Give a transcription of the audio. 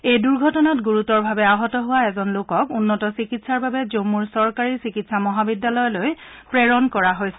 এই দুৰ্ঘটনাত গুৰুতৰভাৱে আহত হোৱা এজন লোকক উন্নত চিকিৎসাৰ বাবে জম্মুৰ চৰকাৰী চিকিৎসা মহাবিদ্যালয়লৈ প্ৰেৰণ কৰা হৈছে